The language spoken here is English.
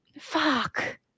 Fuck